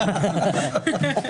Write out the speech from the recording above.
וכנראה לא רק שלו,